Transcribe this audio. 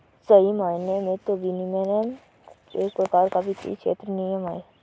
सही मायने में तो विनियमन एक प्रकार का वित्तीय क्षेत्र में नियम है